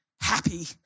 happy